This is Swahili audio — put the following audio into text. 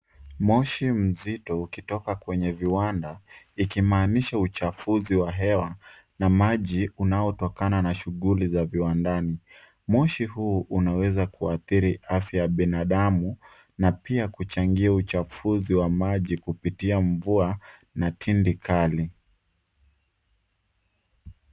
Moshi mzito ukitoka kwenye viwanda ikimaanisha uchafuzi wa hewa na maji unaotokana na shuguli za viwandani. Moshi huu unaweza kuathiri afya ya binadamu na pia kuchangia uchafuzi wa maji kupitia mvua na tindi kali.